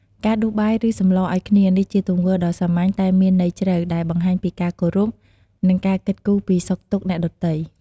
ការដួសបាយ ឬសម្លរឲ្យគ្នា នេះជាទង្វើដ៏សាមញ្ញតែមានន័យជ្រៅ ដែលបង្ហាញពីការគោរព និងការគិតគូរពីសុខទុក្ខអ្នកដទៃ។